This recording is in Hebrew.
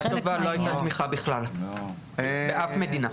לא הייתה תמיכה באף מדינה.